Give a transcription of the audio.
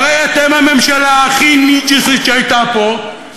הרי אתם הממשלה הכי ניג'סית שהייתה פה,